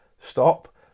stop